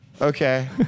okay